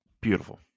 Beautiful